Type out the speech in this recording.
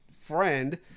friend